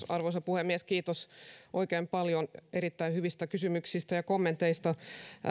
arvoisa puhemies kiitos oikein paljon erittäin hyvistä kysymyksistä ja kommenteista